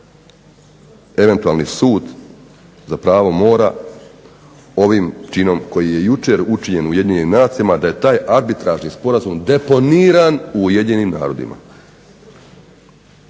eventualni sud za pravo mora ovim činom koji je jučer učinjen u Ujedinjenim nacijama da je taj arbitražni sporazum deponiran u Ujedinjenim narodima.